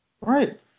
Right